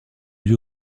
lieu